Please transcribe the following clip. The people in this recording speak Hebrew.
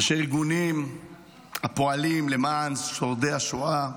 ראשי ארגונים הפועלים למען שורדי השואה,